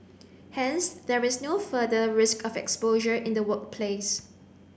hence there is no further risk of exposure in the workplace